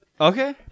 Okay